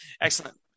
Excellent